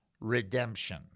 redemption